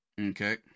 Okay